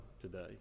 today